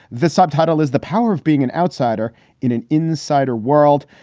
the subtitle is the power of being an outsider in an insider world.